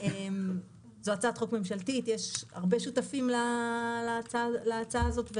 זו הצעת חוק מממשלתית ורבים שותפים להצעה הזו.